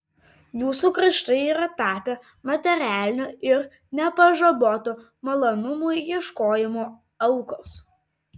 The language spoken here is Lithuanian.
jūsų kraštai yra tapę materialinio ir nepažaboto malonumų ieškojimo aukos